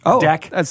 deck